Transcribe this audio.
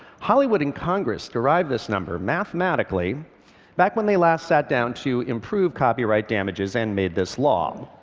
hollywood and congress derived this number mathematically back when they last sat down to improve copyright damages and made this law.